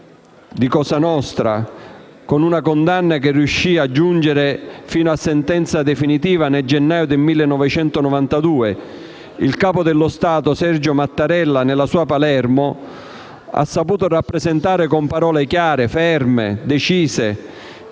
di Cosa Nostra con una condanna che riuscì a giungere fino a sentenza definitiva nel gennaio 1992, il capo dello Stato, Sergio Mattarella, nella sua Palermo, ha saputo rappresentare con parole chiare, ferme e decise,